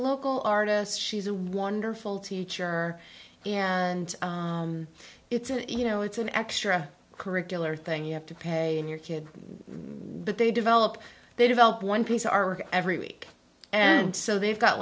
local artist she's a wonderful teacher and it's you know it's an extra curricular thing you have to pay in your kid but they develop they develop one piece our every week and so they've got